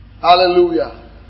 Hallelujah